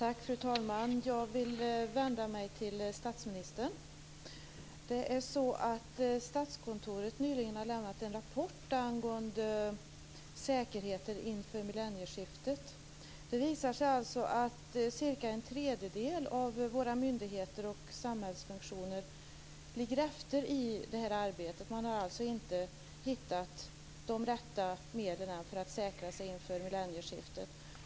Fru talman! Jag vill vända mig till statsministern. Statskontoret har nyligen lämnat en rapport angående säkerheten inför millennieskiftet. Det visar sig att cirka en tredjedel av våra myndigheter och samhällsfunktioner ligger efter i det här arbetet. Man har inte hittat de rätta medlen för att säkra sig inför millennieskiftet.